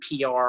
PR